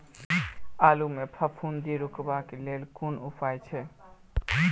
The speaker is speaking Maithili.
आलु मे फफूंदी रुकबाक हेतु कुन उपाय छै?